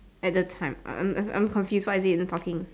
at the time I'm I'm I'm I'm confused what is it even talking